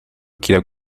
quiero